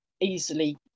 easily